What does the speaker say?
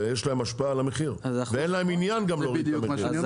ויש להם השפעה על המחיר .ואין להם עניין גם להוריד את המחיר.